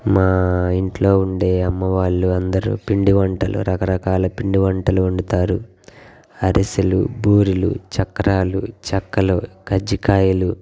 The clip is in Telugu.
మా ఇంటిలో ఉండే అమ్మ వాళ్ళు అందరూ పిండి వంటలు రకరకాల పిండి వంటలు వండుతారు అరిసెలు బూరెలు చక్రాలు చెక్కలు కజ్జికాయలు